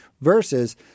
versus